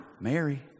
Mary